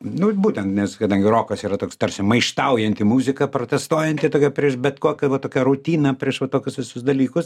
nu būtent nes kadangi rokas yra toks tarsi maištaujanti muzika protestuojanti tokia prieš bet kokią va tokią rutiną prieš va tokius visus dalykus